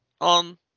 on